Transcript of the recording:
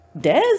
Des